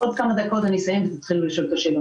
עוד כמה דקות אני אסיים ותתחילו לשאול שאלות,